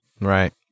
Right